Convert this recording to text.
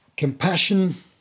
Compassion